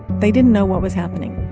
they didn't know what was happening